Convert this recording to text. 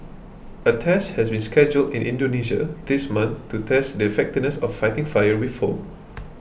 a test has been scheduled in Indonesia this month to test the effectiveness of fighting fire with foam